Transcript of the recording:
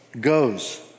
goes